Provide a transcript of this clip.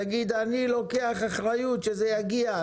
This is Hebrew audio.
תגיד: אני לוקח אחריות שזה יגיע.